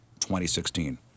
2016